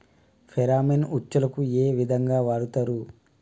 Pheromone ఉచ్చులకు ఏ విధంగా వాడుతరు?